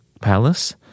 Palace